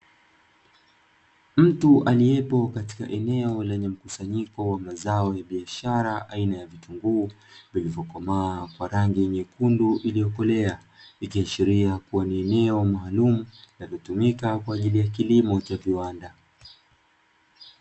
Mtu aliyepo katika eneo lenye mkusanyiko wa mazao ya biashara, aina ya vitunguu vilivyokomaa kwa rangi nyekundu iliyokolea ikiashiria ni kuwa ni eneo maalumu linalotumika kwa ajili ya kilimo cha viwanda.